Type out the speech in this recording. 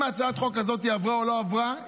אם הצעת החוק הזאת עברה או לא עברה,